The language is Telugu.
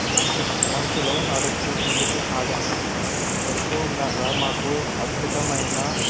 మంచు మంచులో నడుస్తూ ముందుకు సాగాం వెళ్తూ ఉండగా మాకు అద్భుతమైన